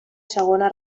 segona